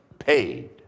paid